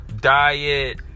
diet